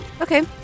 Okay